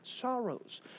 sorrows